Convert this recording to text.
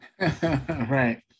right